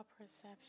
perception